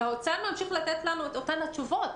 והאוצר ממשיך לתת לנו את אותן התשובות.